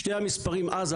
שני המספרים אז,